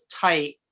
tight